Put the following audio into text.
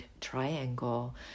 triangle